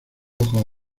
ojos